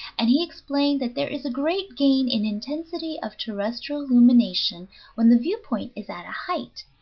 and he explained that there is a great gain in intensity of terrestrial illumination when the viewpoint is at a height,